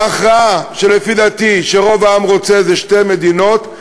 ההכרעה, ולפי דעתי, רוב העם רוצה שתי מדינות,